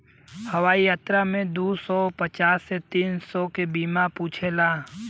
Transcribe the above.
हवाई यात्रा में दू सौ पचास से तीन सौ के बीमा पूछेला